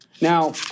Now